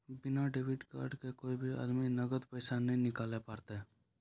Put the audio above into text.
बिना debit card से कोय भी आदमी नगदी पैसा नाय निकालैल पारतै